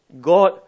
God